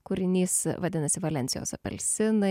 kūrinys vadinasi valensijos apelsinai